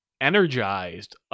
energized